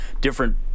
different